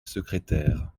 secrétaire